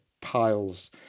Piles